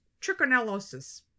trichinellosis